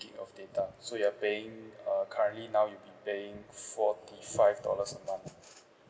gig of data so you're paying uh currently now you'll be paying forty five dollars